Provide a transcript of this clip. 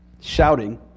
shouting